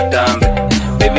Baby